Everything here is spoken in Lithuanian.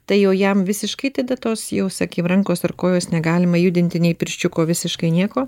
tai jo jam visiškai tai tada tos jau sakėm rankos ar kojos negalima judinti nei pirščiuko visiškai nieko